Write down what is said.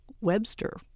Webster